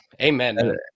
Amen